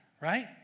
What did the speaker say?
right